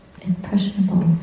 impressionable